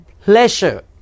pleasure